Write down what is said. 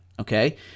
Okay